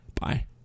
Bye